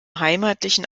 heimatlichen